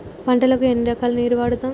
పంటలకు ఎన్ని రకాల నీరు వాడుతం?